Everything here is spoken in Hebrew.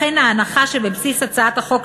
לכן ההנחה שבבסיס הצעת החוק,